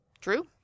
True